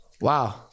Wow